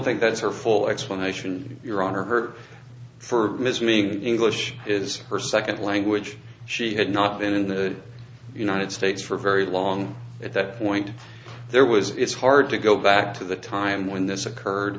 think that's her full explanation your honor her for ms meaning english is her second language she had not been in the united states for very long at that point there was it's hard to go back to the time when this occurred